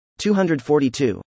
242